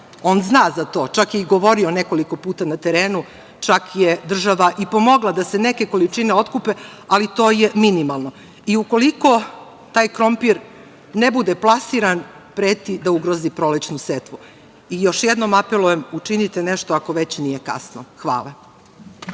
on zna za to, čak je i govorio nekoliko puta na terenu, čak je država i pomogla da se neke količine otkupe, ali to je minimalno. Ukoliko taj krompir ne bude plasiran, preti da ugrozi prolećnu setvu. Još jednom apelujem – učinite nešto ako već nije kasno. Hvala.